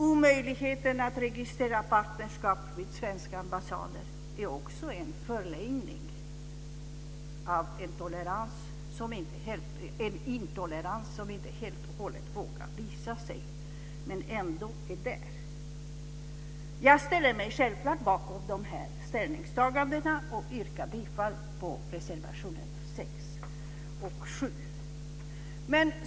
Omöjligheten att registrera partnerskap vid svenska ambassader är också en förlängning av en intolerans som inte helt och hållet vågar visa sig men som ändå finns där. Jag ställer mig självklart bakom våra ställningstaganden och yrkar bifall till reservationerna 6 och 7.